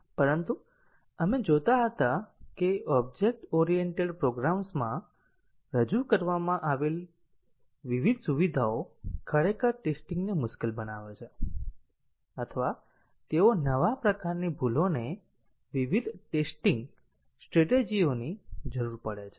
પરંતુ આપણે જોતા હતા કે ઓબ્જેક્ટ ઓરિએન્ટેડ પ્રોગ્રામ્સમાં રજૂ કરવામાં આવેલી વિવિધ સુવિધાઓ ખરેખર ટેસ્ટીંગ ને મુશ્કેલ બનાવે છે અથવા તેઓ નવા પ્રકારની ભૂલોને વિવિધ ટેસ્ટીંગ સ્ટ્રેટેજિઓની જરૂર પડે છે